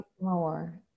more